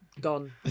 gone